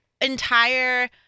entire